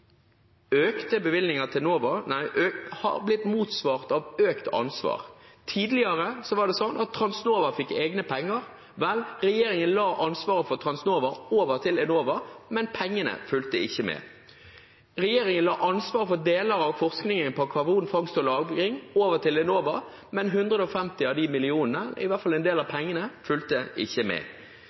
økte bevilgninger til Enova har blitt motsvart av økt ansvar. Tidligere var det slik at Transnova fikk egne penger. Regjeringen la ansvaret for Transnova over til Enova, men pengene fulgte ikke med. Regjeringen la ansvaret for deler av forskningen på karbonfangst og -lagring over til Enova, men en del av pengene fulgte ikke med.